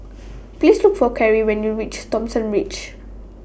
Please Look For Cary when YOU REACH Thomson Ridge